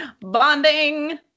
Bonding